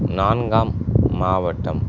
நான்காம் மாவட்டம்